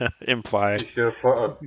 imply